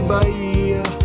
Bahia